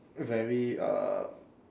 very uh